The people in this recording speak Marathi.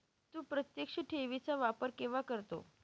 तू प्रत्यक्ष ठेवी चा वापर केव्हा करतो?